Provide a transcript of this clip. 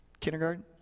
Kindergarten